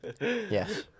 yes